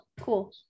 cool